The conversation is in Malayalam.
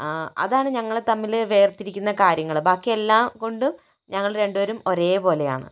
അതാണ് ഞങ്ങളെ തമ്മില് വേർതിരിക്കുന്ന കാര്യങ്ങള് ബാക്കി എല്ലാം കൊണ്ടും ഞങ്ങള് രണ്ടുപേരും ഒരേപോലെ ആണ്